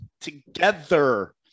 together